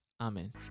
Amen